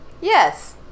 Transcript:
Yes